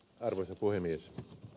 arvoisa puhemies